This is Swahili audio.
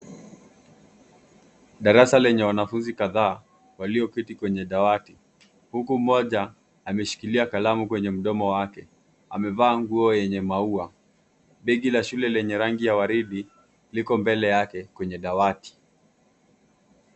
Darasa lenye wanafunzi kadhaa walioketi kwenye dawati huku mmoja ameshikilia kalamu kwenye mdomo wake. Amevaa nguo yenye maua. Begi la shule lenye rangi ya waridi liko mbele yake kwenye dawati.